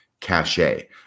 cachet